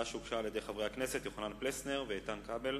הצעה שהוגשה על-ידי חברי הכנסת יוחנן פלסנר ואיתן כבל.